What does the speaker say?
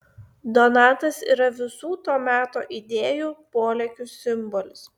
donatas yra visų to meto idėjų polėkių simbolis